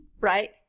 Right